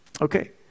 Okay